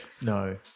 No